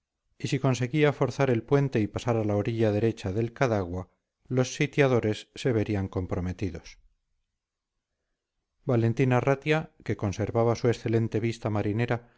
y si conseguía forzar el puente y pasar a la orilla derecha del cadagua los sitiadores se verían comprometidos valentín arratia que conservaba su excelente vista marinera